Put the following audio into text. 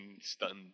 stunned